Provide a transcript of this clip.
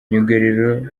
myugariro